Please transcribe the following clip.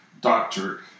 doctor